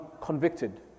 convicted